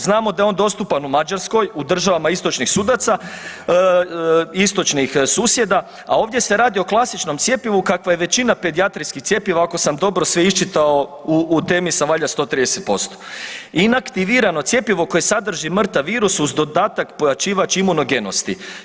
Znamo da je on dostupan u Mađarskoj, u državama istočnih sudaca, istočnih susjeda, a ovdje se radi o klasičnom cjepivu kakva je većina pedijatrijskih cjepiva ako sam dobro sve iščitao u temi sam valjda 130% i na aktivirano cjepivo koje sadrži mrtav virus uz dodatak pojačivač imunogenosti.